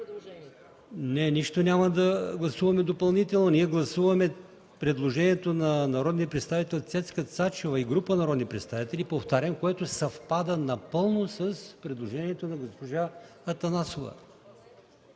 на госпожа Атанасова. Режим на гласуване на предложението на народния представител Цецка Цачева и група народни представители, повтарям, което съвпада напълно с предложението на госпожа Атанасова.